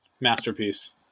Masterpiece